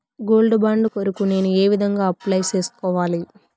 Gold bond కొరకు నేను ఏ విధంగా అప్లై సేసుకోవాలి?